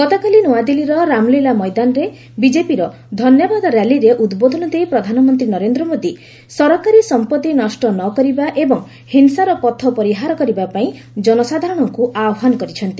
ଗତକାଲି ନୂଆଦିଲ୍ଲୀର ରାମଲୀଳା ମଇଦାନରେ ବିକେପିର ଧନ୍ୟବାଦ ର୍ୟାଲିରେ ଉଦ୍ବୋଧନ ଦେଇ ପ୍ରଧାନମନ୍ତ୍ରୀ ନରେନ୍ଦ୍ର ମୋଦି ସରକାରୀ ସମ୍ପତ୍ତି ନଷ୍ଟ ନ କରିବା ଏବଂ ହିଂସାର ପଥ ପରିହାର କରିବାପାଇଁ ଜନସାଧାରଣଙ୍କୁ ଆହ୍ୱାନ କରିଛନ୍ତି